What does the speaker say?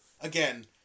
again